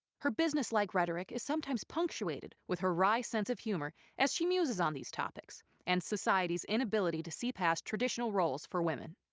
her businesslike rhetoric is sometimes punctuated with her wry sense of humor as she muses on these topics and society's inability to see past traditional roles for women.